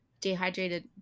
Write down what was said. dehydrated